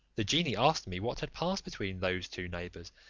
the genie asked me what had passed between those two neighbours,